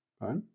right